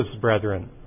brethren